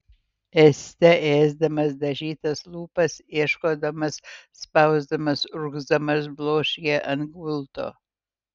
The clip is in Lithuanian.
ėste ėsdamas dažytas lūpas ieškodamas spausdamas urgzdamas bloškė ant gulto